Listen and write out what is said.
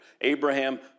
Abraham